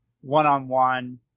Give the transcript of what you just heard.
one-on-one